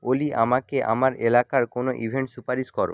ওলি আমাকে আমার এলাকার কোনো ইভেন্ট সুপারিশ করো